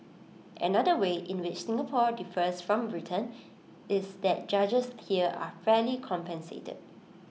another way in which Singapore differs from Britain is that judges here are fairly compensated